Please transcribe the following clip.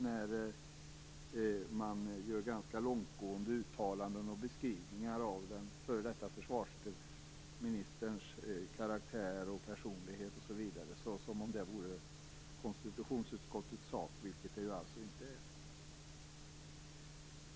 När man gör ganska långtgående uttalanden och beskrivningar av den f.d. försvarsministerns karaktär, personlighet osv. kan man ju få intrycket att det skulle vara konstitutionsutskottets uppfattning, vilket det faktiskt inte är.